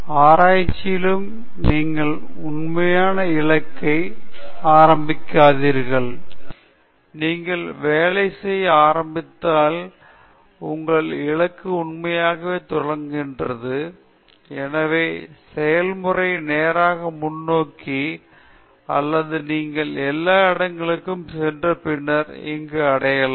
ஆராய்ச்சியிலும் நீங்கள் உண்மையான இலக்கை ஆரம்பிக்காதீர்கள் நீங்கள் வேலை செய்ய ஆரம்பித்தால் உங்கள் இலக்கு உண்மையாகவே தொடங்குகிறது எனவே செயல்முறை நேராக முன்னோக்கி அல்ல நீங்கள் எல்லா இடங்களிலும் சென்று பின்னர் அங்கு அடையலாம்